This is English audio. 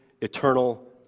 eternal